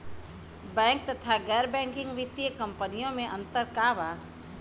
Bank तथा गैर banking वित्तीय कम्पनीयो मे अन्तर का बा?